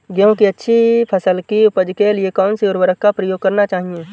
गेहूँ की अच्छी फसल की उपज के लिए कौनसी उर्वरक का प्रयोग करना चाहिए?